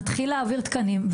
נתחיל להעביר תקנים.